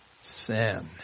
sin